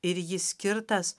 ir jis skirtas